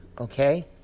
Okay